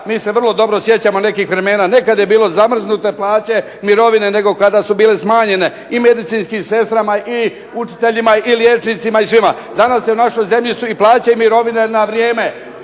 Mi se vrlo dobro sjećamo nekih vremena, nekad je bilo zamrznute plaće, mirovine nego kada su bile smanjene i medicinskim sestrama i učiteljima i liječnicima i svima. Danas u našoj zemlji su i plaće i mirovine na vrijeme,